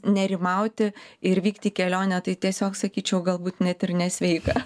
nerimauti ir vykti į kelionę tai tiesiog sakyčiau galbūt net ir nesveika